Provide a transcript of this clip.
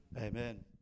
Amen